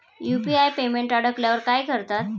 UPI payment अडकल्यावर काय करतात?